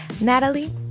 Natalie